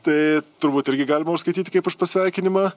tai turbūt irgi galima užskaityti kaip už pasveikinimą